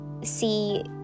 see